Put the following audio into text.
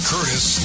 Curtis